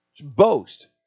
Boast